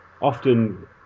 Often